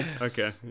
Okay